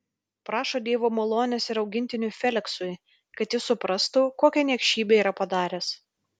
prašo dievo malonės ir augintiniui feliksui kad jis suprastų kokią niekšybę yra padaręs